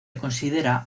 considera